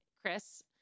Chris